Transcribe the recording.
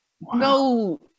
no